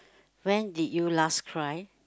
when did you last cry